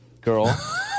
girl